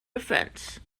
defence